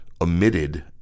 omitted